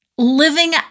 living